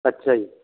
ਅੱਛਾ ਜੀ